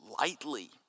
lightly